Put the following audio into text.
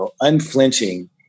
unflinching